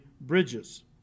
bridges